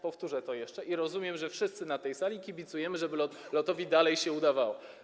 Powtórzę to jeszcze, rozumiem, że wszyscy na tej sali kibicujemy, żeby LOT-owi dalej się udawało.